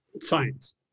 science